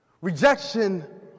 Rejection